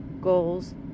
goals